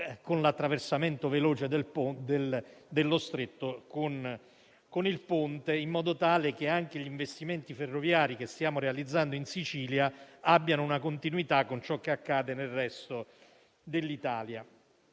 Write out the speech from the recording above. con l'attraversamento veloce dello Stretto con il ponte, in modo tale che anche gli investimenti ferroviari che stiamo realizzando in Sicilia abbiano una continuità con ciò che accade nel resto dell'Italia.